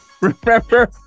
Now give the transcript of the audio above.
remember